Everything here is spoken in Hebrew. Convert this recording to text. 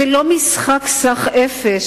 זה לא משחק סך אפס,